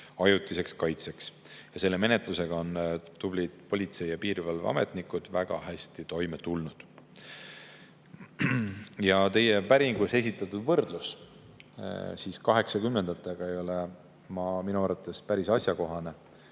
ajutiseks kaitseks. Selle menetlusega on tublid politsei- ja piirivalveametnikud väga hästi toime tulnud. Teie päringus esitatud võrdlus 1980‑ndatega ei ole minu arvates päris asjakohane.